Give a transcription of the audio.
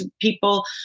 people